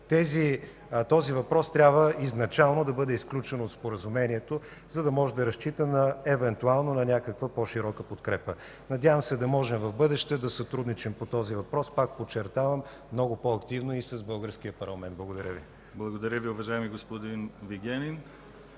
този въпрос трябва изначално да бъде изключен от споразумението, за да може да разчита евентуално на някаква по-широка подкрепа. Надявам се да можем в бъдеще да сътрудничим по този въпрос, пак подчертавам, много по-активно и с българския парламент. Благодаря Ви. ПРЕДСЕДАТЕЛ ДИМИТЪР ГЛАВЧЕВ: Благодаря Ви, уважаеми господин Вигенин.